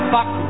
Fuck